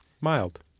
Mild